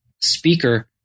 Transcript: speaker